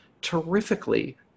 terrifically